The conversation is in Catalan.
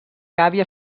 gàbia